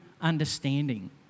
understanding